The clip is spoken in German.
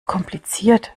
kompliziert